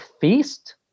feast